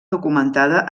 documentada